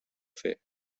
fer